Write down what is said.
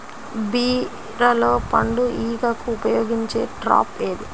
బీరలో పండు ఈగకు ఉపయోగించే ట్రాప్ ఏది?